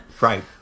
Right